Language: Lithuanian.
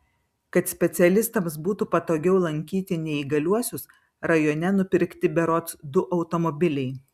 kad specialistams būtų patogiau lankyti neįgaliuosius rajone nupirkti berods du automobiliai